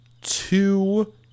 two